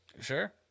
Sure